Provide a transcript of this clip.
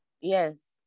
yes